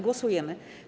Głosujemy.